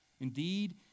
Indeed